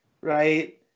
right